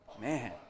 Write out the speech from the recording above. Man